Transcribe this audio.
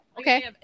Okay